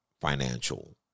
financial